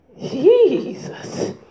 Jesus